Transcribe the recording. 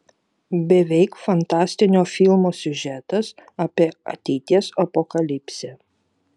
beveik fantastinio filmo siužetas apie ateities apokalipsę